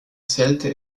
zählte